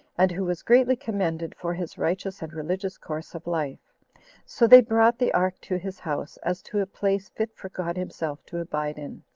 and who was greatly commended for his righteous and religious course of life so they brought the ark to his house, as to a place fit for god himself to abide in,